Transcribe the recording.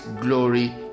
glory